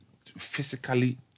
physically